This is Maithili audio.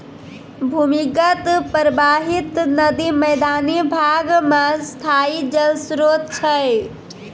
भूमीगत परबाहित नदी मैदानी भाग म स्थाई जल स्रोत छै